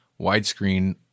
widescreen